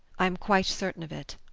i am quite certain of it.